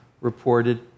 reported